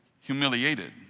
humiliated